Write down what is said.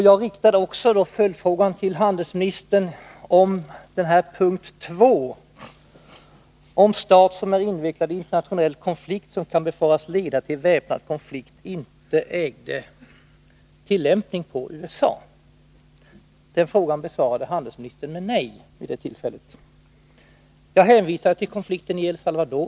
Jag ställde då en följdfråga till handelsministern, om punkt 2 i bestämmelserna, om stat som är invecklad i internationell konflikt som kan befaras leda till väpnad konflikt, inte ägde tillämpning på USA. Den frågan besvarade handelsministern med nej vid det tillfället. Jag hänvisade till konflikten i El Salvador.